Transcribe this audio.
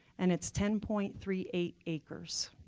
and it's ten point three eight acres.